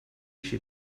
she